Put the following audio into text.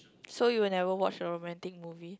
so you'll never watch a romantic movie